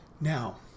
Now